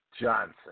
Johnson